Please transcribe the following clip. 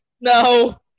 No